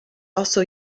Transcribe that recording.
also